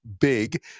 big